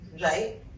right